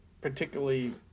particularly